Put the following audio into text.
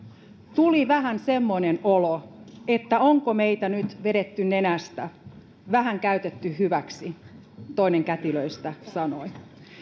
tuli vähän semmoinen olo että onko meitä nyt vedetty nenästä vähän käytetty hyväksi toinen kätilöistä sanoi